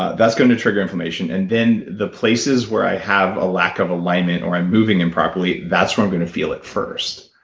ah that's going to trigger inflammation, and then the places where i have a lack of alignment, or i'm moving improperly, that's where i'm going to feel it first